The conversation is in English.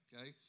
okay